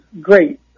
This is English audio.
Great